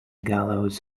gallows